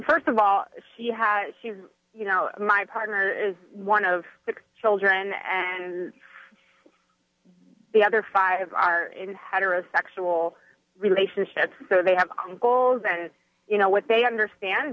first of all she has she you know my partner is one of six children and the other five are in heterosexual relationships so they have goals and you know what they understand